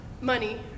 money